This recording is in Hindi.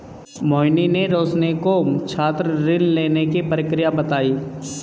मोहिनी ने रोशनी को छात्र ऋण लेने की प्रक्रिया बताई